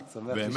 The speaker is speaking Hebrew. אני שמח לשמוע.